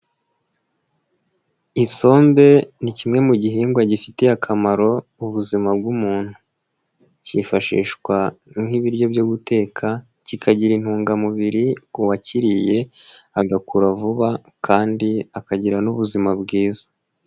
Isombe ni kimwe mu gihingwa gifitiye akamaro ubuzima bw'umuntu, cyifashishwa nk'ibiryo byo guteka kikagira intungamubiri ku wakiriye agakura vuba kandi akagira n'ubuzima bwiza.